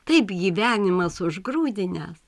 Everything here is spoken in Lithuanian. taip gyvenimas užgrūdinęs